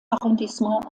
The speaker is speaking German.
arrondissement